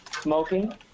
smoking